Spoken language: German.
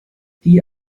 die